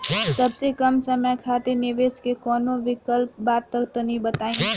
सबसे कम समय खातिर निवेश के कौनो विकल्प बा त तनि बताई?